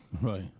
Right